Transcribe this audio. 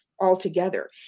altogether